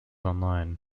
online